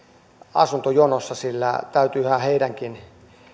asuntojonossa sillä täytyyhän heidänkin